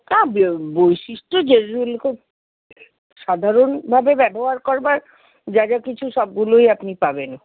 না বৈশিষ্ট্য সাধারণভাবে ব্যবহার করবার যা যা কিছু সবগুলোই আপনি পাবেন